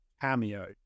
cameo